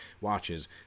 watches